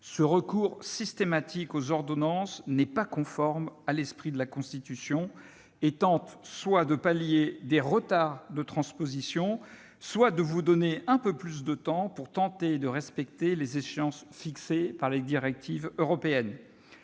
Ce recours systématique aux ordonnances n'est pas conforme à l'esprit de la Constitution. Il s'agit soit de pallier des retards de transposition, soit de vous donner un peu plus de temps pour tenter de respecter les échéances fixées par les directives européennes.